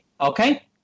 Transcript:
Okay